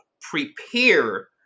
prepare